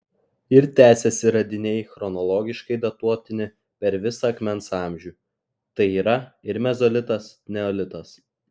ir tęsiasi radiniai chronologiškai datuotini per visą akmens amžių tai yra ir mezolitas neolitas